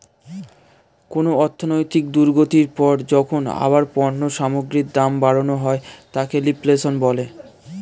কোনো অর্থনৈতিক দুর্গতির পর যখন আবার পণ্য সামগ্রীর দাম বাড়ানো হয় তাকে রিফ্লেশন বলে